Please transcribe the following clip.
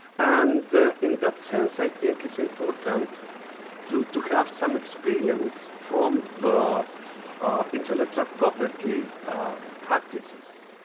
and in that sense, i think it's important to to have some experience from the intellectual property practices.